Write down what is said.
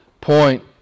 point